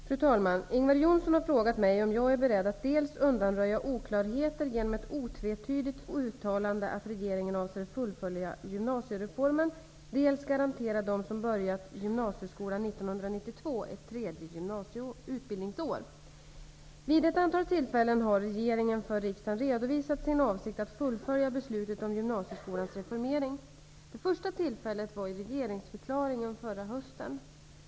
Fru talman! Ingvar Johnsson har frågat mig om jag är beredd att dels undanröja oklarheter genom ett otvetydigt uttalande att regeringen avser fullfölja gymnasiereformen, dels garantera dem som börjat gymnasieskolan 1992 ett tredje utbildningsår. Vid ett antal tillfällen har regeringen för riksdagen redovisat sin avsikt att fullfölja beslutet om gymnasieskolans reformering. Det första tillfället var i regeringsförklaringen förra hösten.